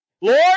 Lord